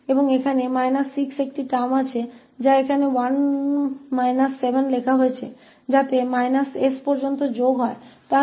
और एक पद −6 है जिसे यहां 1 − 7 लिखा गया है ताकि जुड़ तो −6 हो जाए